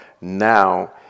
now